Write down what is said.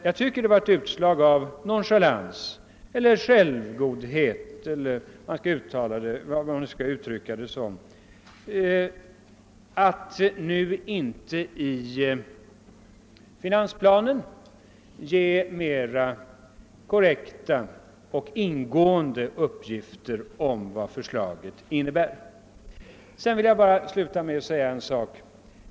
Jag tycker det var ett utslag av nonchalans eller självgodhet att inte i finansplanen ge mera korrekta och ingående uppgifter om vad förslaget innebär. Jag vill sluta med att ta upp en annan sak.